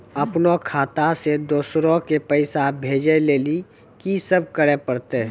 अपनो खाता से दूसरा के पैसा भेजै लेली की सब करे परतै?